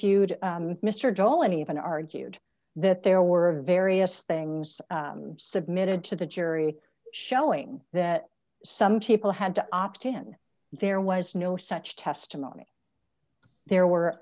and even argued that there were various things submitted to the jury showing that some people had to opt in there was no such testimony there were